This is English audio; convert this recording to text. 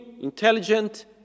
intelligent